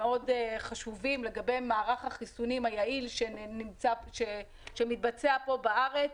המאוד-חשובים לגבי מערך החיסונים היעיל שמתבצע פה בארץ: